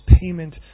payment